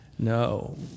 No